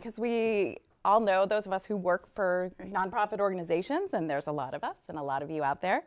because we all know those of us who work for nonprofit organizations and there's a lot of us and a lot of you out there